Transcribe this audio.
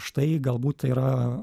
štai galbūt tai yra